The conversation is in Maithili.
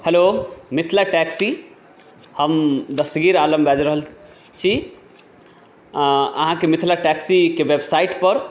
हेलो मिथिला टैक्सी हम दस्तगीर आलम बाजि रहल छी अहाँके मिथिला टैक्सीके वेबसाइटपर